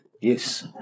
Yes